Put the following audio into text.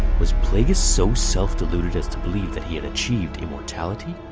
was plagueis so self-deluded as to believe that he had achieved immortality?